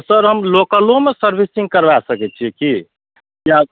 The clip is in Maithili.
सर हम लोकलोमे सर्विसिन्ग करबै सकै छिए कि या